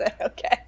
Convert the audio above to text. Okay